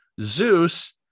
Zeus